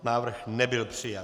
Návrh nebyl přijat.